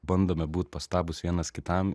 bandome būt pastabūs vienas kitam